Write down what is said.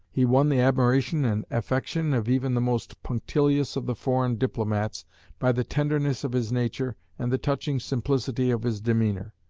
he won the admiration and affection of even the most punctilious of the foreign diplomats by the tenderness of his nature and the touching simplicity of his demeanor.